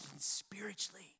spiritually